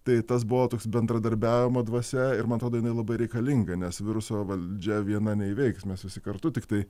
tai tas buvo toks bendradarbiavimo dvasia ir man atrodo jinai labai reikalinga nes viruso valdžia viena neįveiks mes visi kartu tiktai